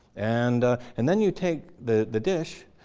and and then you take the the dish,